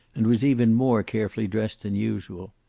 and was even more carefully dressed than usual.